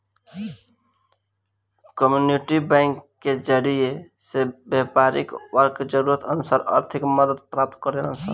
community bank के जरिए से व्यापारी वर्ग जरूरत अनुसार आर्थिक मदद प्राप्त करेलन सन